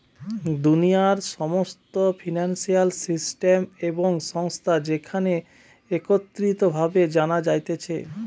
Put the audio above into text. দুনিয়ার সমস্ত financial system এবং সংস্থা যেখানে একত্রিত ভাবে জানা যাতিছে